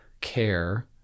care